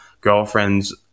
girlfriends